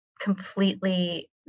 completely